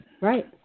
Right